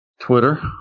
Twitter